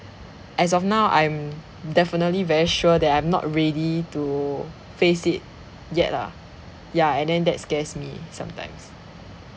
as of now I'm definitely very sure that I'm not ready to face it yet lah ya and then that scares me sometimes